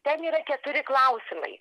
ten yra keturi klausimai